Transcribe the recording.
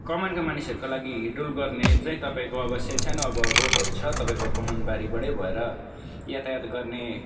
कमानका मानिसहरूका लागि हिँड्डुल गर्ने चाहिँ तपाईँको अब सान्सानो अब रोडहरू छ तपाईँको कमान बारीबाटै भएर यातायात गर्ने